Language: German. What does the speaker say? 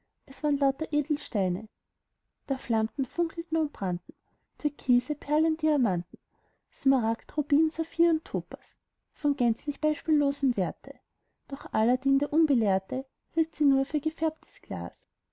es waren lauter edelsteine da flammten funkelten und brannten türkise perlen diamanten smaragd rubin saphir topas von gänzlich beispiellosem werte doch aladdin der unbelehrte hielt sie für nur gefärbtes glas